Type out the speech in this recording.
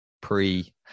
Pre